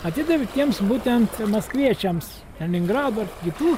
atidavė tiems būtent maskviečiams kaliningrado ir kitų